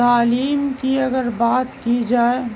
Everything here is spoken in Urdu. تعلیم کی اگر بات کی جائے